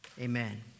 amen